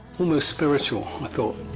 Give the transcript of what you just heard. almost spiritual, i thought.